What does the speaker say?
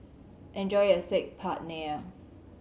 enjoy your Saag Paneer